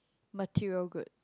material good